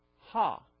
ha